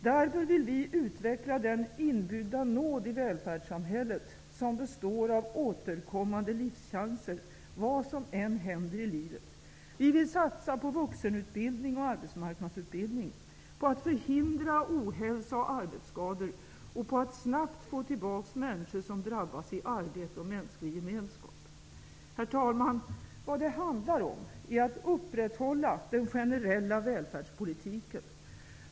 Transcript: Därför vill vi utveckla den inbyggda nåd i välfärdssamhället som består av återkommande livschanser, vad som än händer i livet. Vi vill satsa på vuxenutbildning och arbetsmarknadsutbildning, på att förhindra ohälsa och arbetsskador och på att snabbt få tillbaka människor som drabbas i arbete och mänsklig gemenskap. Herr talman! Vad det handlar om är att upprätthålla den generella välfärdspolitiken.